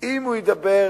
אתה נביא.